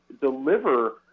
deliver